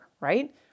right